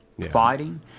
Fighting